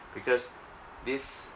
because this